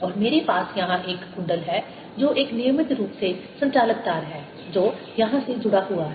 और मेरे पास यहां एक कुंडल है जो एक नियमित रूप से संचालक तार है जो यहां से जुड़ा हुआ है